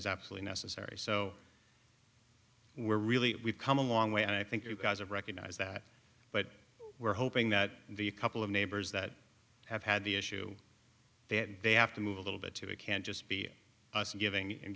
is absolutely necessary so we're really we've come a long way and i think you guys have recognized that but we're hoping that the couple of neighbors that have had the issue that they have to move a little bit to it can't just be giving and